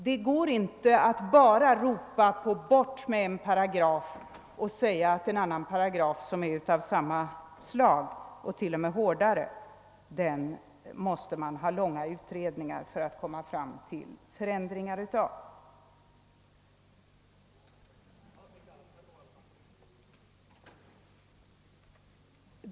Det går inte bara att ropa att den och den paragrafen skall bort och sedan säga att en annan paragraf av samma slag — eller t.o.m. hårdare — måste man ha långa utredningar om för att vidta ändringar i.